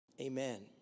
Amen